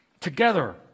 together